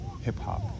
hip-hop